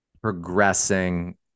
progressing